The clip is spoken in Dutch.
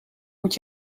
moet